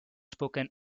spoken